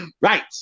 Right